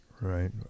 Right